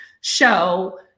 show